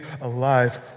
alive